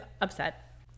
upset